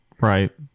Right